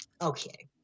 okay